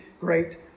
great